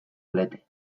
lete